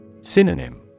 Synonym